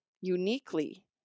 uniquely